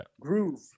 Groove